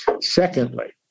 Secondly